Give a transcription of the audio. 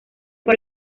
por